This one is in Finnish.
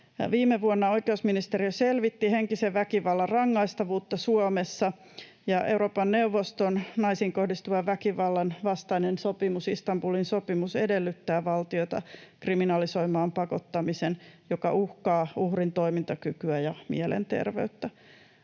Viime vuonna oikeusministeriö selvitti henkisen väkivallan rangaistavuutta Suomessa, ja Euroopan neuvoston naisiin kohdistuvan väkivallan vastainen sopimus, Istanbulin sopimus, edellyttää valtiota kriminalisoimaan pakottamisen, joka uhkaa uhrin toimintakykyä ja mielenterveyttä.